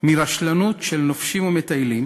מרשלנות של נופשים ומטיילים.